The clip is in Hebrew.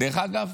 דרך אגב,